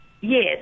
Yes